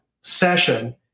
session